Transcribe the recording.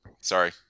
Sorry